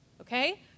Okay